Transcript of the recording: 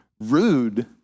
rude